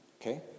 Okay